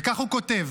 וכך הוא כותב: